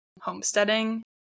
homesteading